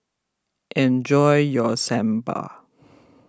enjoy your Sambar